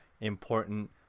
important